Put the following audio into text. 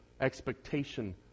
expectation